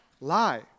lie